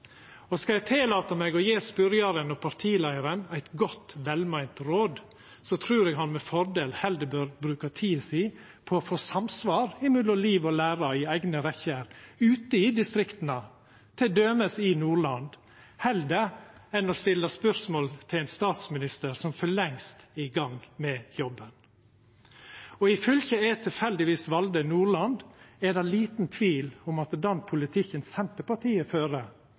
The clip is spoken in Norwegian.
Og skal eg tillata meg å gje han som spør, og partileiaren, eit godt, velmeint råd, er det at eg trur han med fordel heller bør bruka tida si på å få samsvar mellom liv og lære i eigne rekkjer ute i distrikta, t.d. i Nordland, heller enn å stilla spørsmål til ein statsminister som for lengst er i gang med jobben. Og i fylket eg tilfeldigvis valde, Nordland, er det liten tvil om at den politikken Senterpartiet